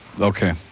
Okay